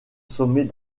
sommet